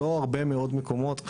לא הרבה מאוד מקומות,